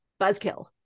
Buzzkill